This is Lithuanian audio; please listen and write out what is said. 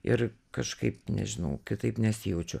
ir kažkaip nežinau kitaip nesijaučiu